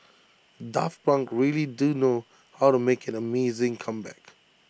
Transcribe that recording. daft Punk really do know how to make an amazing comeback